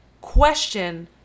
question